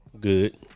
Good